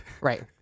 right